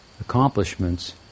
accomplishments